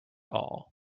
all